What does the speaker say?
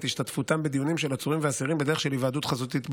השתתפותם של עצורים ואסירים בדיונים בדרך של היוועדות חזותית בלבד.